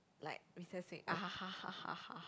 like recess week